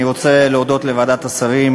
אני רוצה להודות לוועדת השרים,